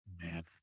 Man